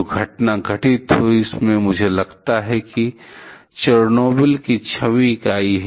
जो घटना घटित हुई उसमें मुझे लगता है कि चेरनोबिल की 6 वीं इकाई है